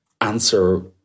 answer